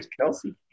Kelsey